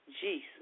Jesus